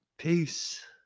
Peace